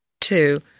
Two